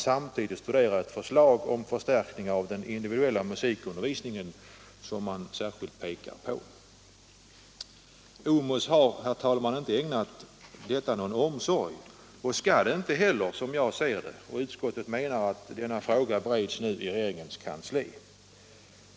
Samtidigt pekar man på att ett förslag om den individuella musikundervisningen bör studeras. OMUS har, herr talman, inte ägnat detta någon omsorg och skall inte heller göra det, som jag ser det. Utskottet anför att denna fråga nu bereds i regeringens kansli.